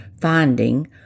finding